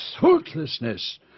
thoughtlessness